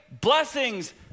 blessings